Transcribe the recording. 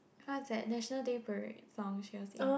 what's that National Day parade song she was singing